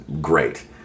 great